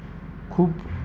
खूप